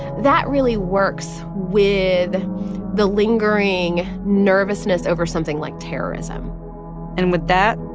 that really works with the lingering nervousness over something like terrorism and with that,